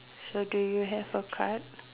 so do you have a card